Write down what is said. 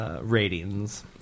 ratings